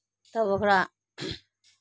तब ओकरा